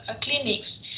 clinics